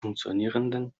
funktionierenden